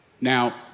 Now